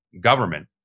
government